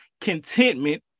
contentment